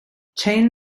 chain